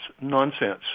nonsense